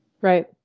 Right